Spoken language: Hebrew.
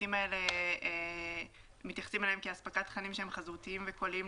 השירותים האלה הם "אספקת תכנים שהם חזותיים וקוליים,